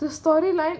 the storyline